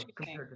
Okay